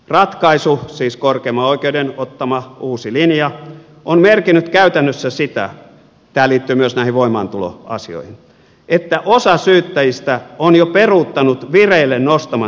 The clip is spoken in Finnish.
ratkaisu siis korkeimman oikeuden ottama uusi linja on merkinnyt käytännössä sitä tämä liittyy myös näihin voimaantuloasioihin että osa syyttäjistä on jo peruuttanut vireille nostamiansa syytteitä